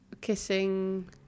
kissing